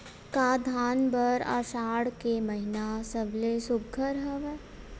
का धान बर आषाढ़ के महिना सबले सुघ्घर हवय?